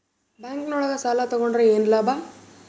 Bank ನೊಳಗ ಸಾಲ ತಗೊಂಡ್ರ ಏನು ಲಾಭ?